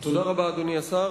תודה רבה, אדוני השר.